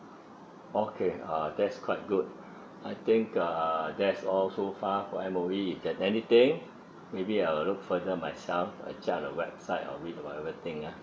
okay uh that's quite good I think err that's all so far for M_O_E if I get anything maybe I'll look further myself at just website or with whatever thing ah